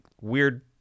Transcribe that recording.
weird